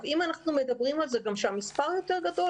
אם אנחנו מדברים על זה שהמספר יותר גדול,